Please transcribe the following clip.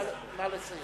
נא לסיים.